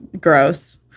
gross